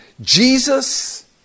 Jesus